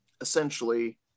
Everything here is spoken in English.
essentially